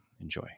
enjoy